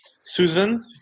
susan